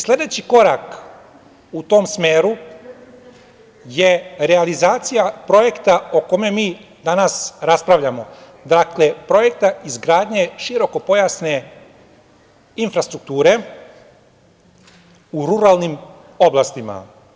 Sledeći korak u tom smeru je realizacija projekta o kome mi danas raspravljamo, dakle, projekta izgradnje širokopojasne infrastrukture u ruralnim oblastima.